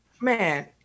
Man